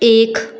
एक